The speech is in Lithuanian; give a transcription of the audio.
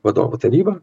vadovų taryba